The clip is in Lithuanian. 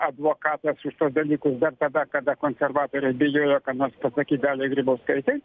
advokatas šituos dalykus dar tada kada konservatoriai bijojo ką nors pasakyt daliai grybauskaitei